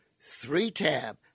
three-tab